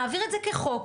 נעביר את זה כחוק,